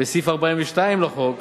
וסעיף 42 לחוק